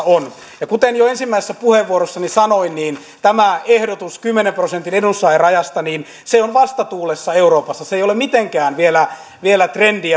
on ja kuten jo ensimmäisessä puheenvuorossani sanoin niin tämä ehdotus kymmenen prosentin edunsaajarajasta on vastatuulessa euroopassa se ei ole vielä mitenkään trendi